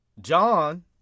John